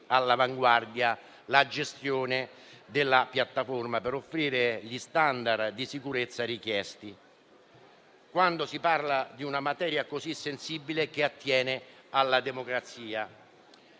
all'avanguardia la gestione della piattaforma per offrire gli standard di sicurezza richiesti, quando si parla di una materia così sensibile che attiene alla democrazia.